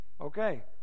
Okay